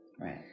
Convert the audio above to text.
right